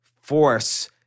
force